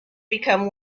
become